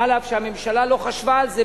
אף שהממשלה לא חשבה על זה,